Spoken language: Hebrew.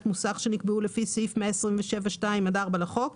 מוסך שנקבעו לפי סעיף 127(2) עד (4) לחוק,